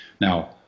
Now